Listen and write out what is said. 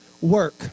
work